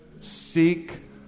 Seek